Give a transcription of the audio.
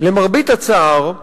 למרבה הצער,